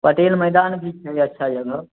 पटेल मैदान भी छै अच्छा जगह